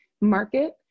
market